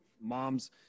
Mom's